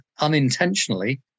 unintentionally